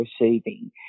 receiving